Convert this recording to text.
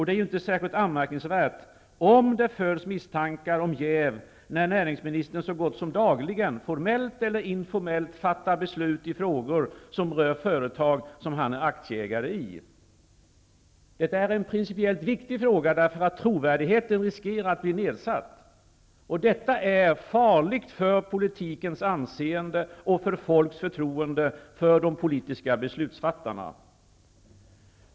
Det är ju inte särskilt anmärkningsvärt om det föds misstankar om jäv, när näringsministern så gott som dagligen -- formellt som informellt -- fattar beslut i frågor som rör företag som han är aktieägare i. Det är en principiellt viktig fråga, därför att trovärdigheten riskerar att bli nedsatt. Detta är farligt för politikens anseende och för folks förtroende för de politiska beslutsfattarna.